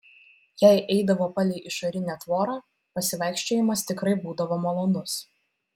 jei eidavo palei išorinę tvorą pasivaikščiojimas tikrai būdavo malonus